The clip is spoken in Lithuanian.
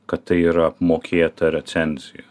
kad tai yra apmokėta recenzija